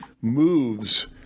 moves